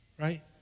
right